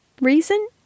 reason